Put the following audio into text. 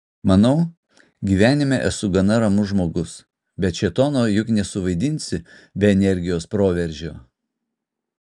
manau gyvenime esu gana ramus žmogus bet šėtono juk nesuvaidinsi be energijos proveržio